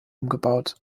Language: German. umgebaut